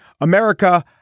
America